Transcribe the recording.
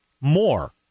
more